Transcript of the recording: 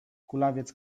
kulawiec